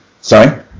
Sorry